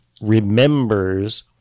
remembers